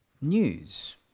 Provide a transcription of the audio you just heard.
news